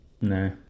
No